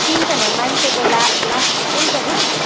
तिनजना मान्छेको ला लागि चाहिँ एउटा रुम